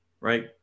right